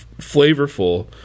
flavorful